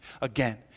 again